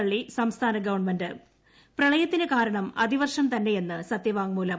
തള്ളി സംസ്ഥാന് ഗ്വൺമെന്റ് പ്രളയത്തിന് കാരണം അതിവർഷം തന്നെയെന്ന് സത്യവാങ്മൂലം